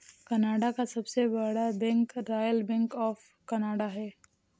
Canada का सबसे बड़ा bank Royal Bank of Canada है